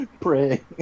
Pray